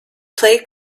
play